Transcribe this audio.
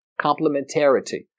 complementarity